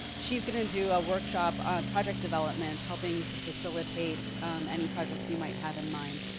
she's gonna do a workshop on project development helping to facilitate any projects you might have in mind.